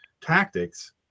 tactics